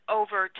over